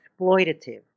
exploitative